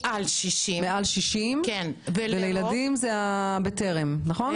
מעל 60. ולילדים זה בטרם, נכון?